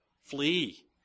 flee